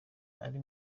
ari